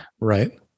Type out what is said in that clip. Right